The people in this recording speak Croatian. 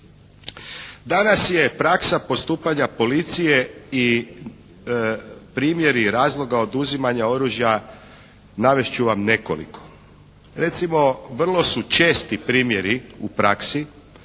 Danas je praksa postupanja policije i primjeri razloga oduzimanja oružja navest ću vam nekoliko. Recimo, vrlo su česti primjeri u praksi